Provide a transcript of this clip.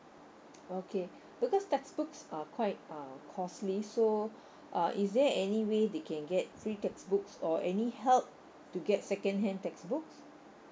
okay because textbooks are quite uh costly so uh is there any way they can get free textbooks or any help to get second hand textbooks